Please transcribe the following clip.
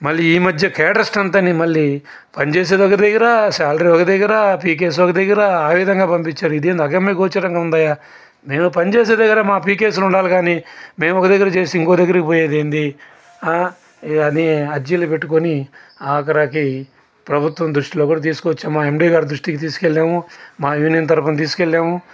మళ్ళీ ఈ మధ్య కేడర్ స్ట్రెంగ్త్ అని మళ్ళీ పని చేసేది ఒక దగ్గర సాలరీ ఒక దగ్గర పికేస్ ఒక దగ్గర అ విధంగా పంపించారు ఇదేమి అగమ్యగోచరంగా ఉందే నేను పనిచేసే దగ్గర మా పికేస్లు ఉండాలి కానీ మేమొక దగ్గర చేసి ఇంకోదగ్గరకి పోయేది ఏంటీ అని ఆర్జీలు పెట్టుకుని ఆఖరికి ప్రభుత్వం దృష్టిలోకి కూడ తీసుకొచ్చాం మా ఎండీ గారి దృష్టికి తీసుకెళ్ళాము మా యూనియన్ తరుపున తీసుకెళ్ళాము